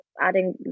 adding